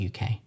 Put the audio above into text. uk